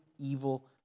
evil